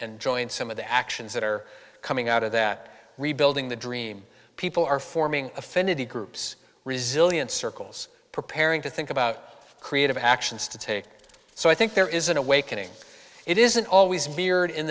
and join some of the actions that are coming out of that rebuilding the dream people are forming affinity groups resilient circles preparing to think about creative actions to take so i think there is an awakening it isn't always beard in